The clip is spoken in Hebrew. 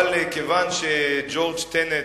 אבל כיוון שג'ורג' טנט,